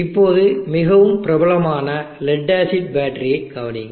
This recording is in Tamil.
இப்போது மிகவும் பிரபலமான லெட் ஆசிட் பேட்டரியைக் கவனியுங்கள்